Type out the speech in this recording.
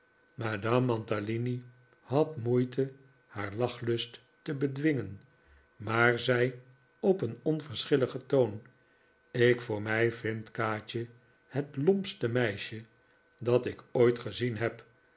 madame mantalini had moeite haar lachlust te bedwingen maar zei op een onverschilligen toon ik voor mij vind kaatje het lompste meisje dat ik ooit gezien heb